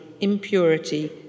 impurity